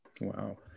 Wow